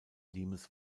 limes